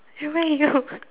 eh where Lydia go